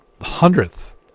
hundredth